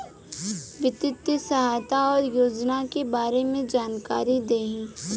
वित्तीय सहायता और योजना के बारे में जानकारी देही?